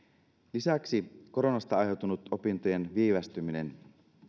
lisäksi koronasta aiheutunut opintojen viivästyminen